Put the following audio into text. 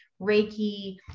Reiki